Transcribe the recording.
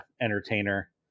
entertainer